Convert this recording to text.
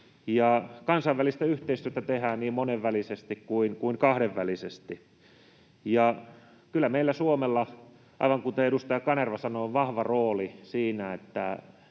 kansainvälistä yhteistyötä tehdään niin monenvälisesti kuin kahdenvälisesti. Ja kyllä meillä Suomella, aivan kuten edustaja Kanerva sanoi, on vahva rooli siinä, että